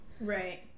Right